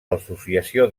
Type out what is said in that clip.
l’associació